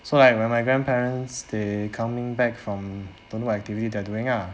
so like when my grandparents they coming back from don't know what activity they're doing ah